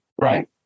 Right